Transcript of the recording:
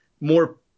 more –